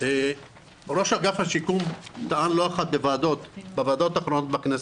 ראש אגף השיקום טען לא אחת בוועדות בכנסת,